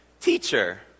Teacher